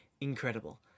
Incredible